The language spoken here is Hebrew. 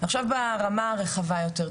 עכשיו ברמה הרחבה יותר,